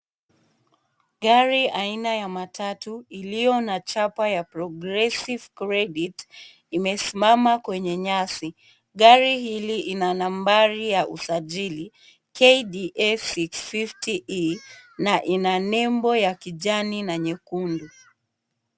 Gari aina ya matatu iliyo na chapa ya Progressive Credit imesimama kwenye nyasi. Gari hili ina nambari ya usajili KDA 650E na ina nembo ya kijani na nyekundu.